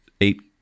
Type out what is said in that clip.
eight